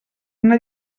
una